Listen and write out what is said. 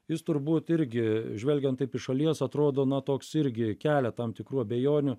jis turbūt irgi žvelgiant taip iš šalies atrodo na toks irgi kelia tam tikrų abejonių